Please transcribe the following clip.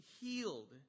healed